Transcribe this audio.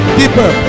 deeper